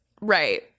Right